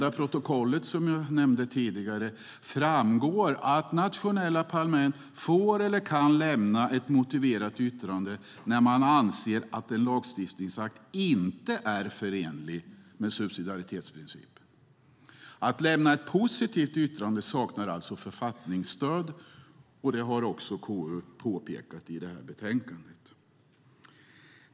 Av protokollet som jag nämnde tidigare framgår att nationella parlament får eller kan lämna ett motiverat yttrande när man anser att en lagstiftningsakt inte är förenlig med subsidiaritetsprincipen. Att lämna ett positivt yttrande saknar alltså författningsstöd, och det har KU också påpekat i betänkandet.